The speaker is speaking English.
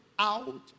out